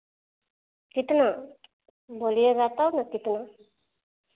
कितना बोलिएगा तब ना कितना